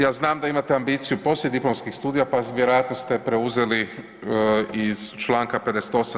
Ja znam da imate ambiciju poslijediplomskih studija pa vjerojatno ste preuzeli iz čl. 58.